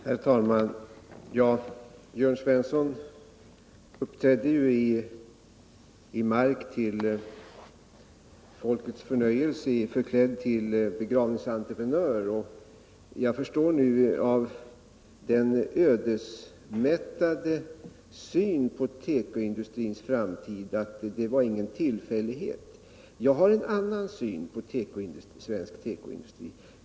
Herr talman! Jörn Svensson uppträdde ju i Mark till folkets förnöjelse förklädd till begravningsentreprenör. Av den ödesmättade syn på tekoindustrins framtid som Jörn Svensson har förstår jag nu att det inte var någon tillfällighet. Jag har en annan syn på svensk tekoindustri.